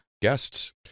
guests